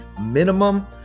minimum